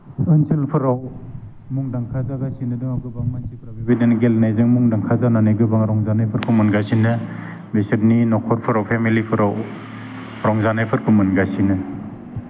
ओनसोलफोराव मुंदांखा जागासिनो दं गोबां मानसिफोरा बेबायदिनो गेलेनायजों मुंदांखा जानानै गोबाङा रंजानायफोरखौ मोनगासिनो बिसोरनि नख'रफोराव पेमेलिफोराव रंजानायफोरखौ मोनगासिनो